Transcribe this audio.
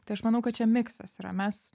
tai aš manau kad čia miksas yra mes